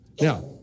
Now